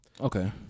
Okay